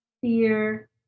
fear